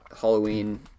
Halloween